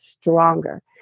stronger